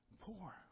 Poor